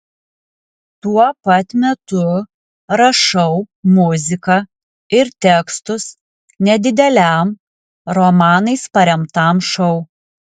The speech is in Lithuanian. tuo pat metu rašau muziką ir tekstus nedideliam romanais paremtam šou